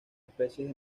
especies